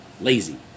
lazy